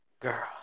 Girl